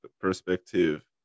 perspective